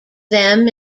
them